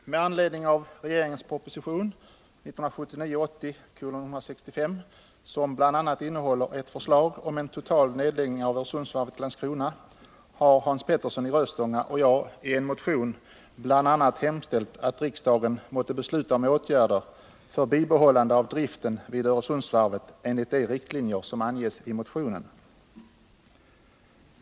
Fru talman! Med anledning av regeringens proposition 1979/80:165, som innehåller ett förslag om total nedläggning av Öresundsvarvet i Landskrona, har Hans Petersson i Röstånga och jag i en motion bl.a. hemställt att riksdagen måtte besluta om åtgärder för bibehållande av driften vid Öresundsvarvet enligt de riktlinjer som anges i motionen.